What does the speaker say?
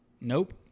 Nope